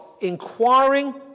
inquiring